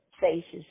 faces